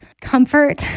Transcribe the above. comfort